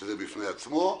שזה בפני עצמו.